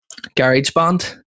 GarageBand